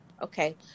Okay